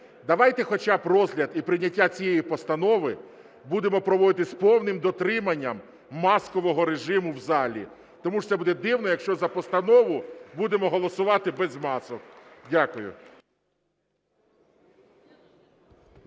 Давайте хоча б розгляд і прийняття цієї постанови будемо проводити з повним дотриманням маскового режиму в залі, тому що це буде дивно, якщо за постанову будемо голосувати без масок. Дякую.